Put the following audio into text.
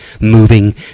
moving